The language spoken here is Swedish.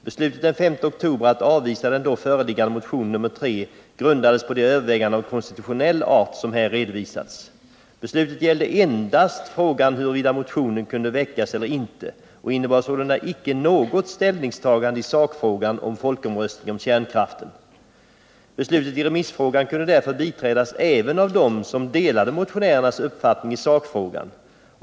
Beslutet den 5 oktober att avvisa den då föreliggande motionen nr3 grundades på de överväganden av konstitutionell art som här redovisats. Beslutet gällde endast frågan huruvida motionen kunde väckas eller inte och innebar sålunda icke något ställningstagande i sakfrågan om folkomröstning om kärnkraften. Beslutet i remissfrågan kunde därför biträdas även av dem som delade motionärernas uppfattning i sakfrågan.